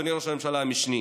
אדוני ראש הממשלה המשני,